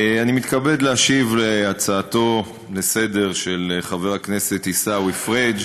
אני מתכבד להשיב על הצעתו לסדר-היום של חבר הכנסת עיסאווי פריג'